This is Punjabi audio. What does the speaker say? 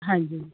ਹਾਂਜੀ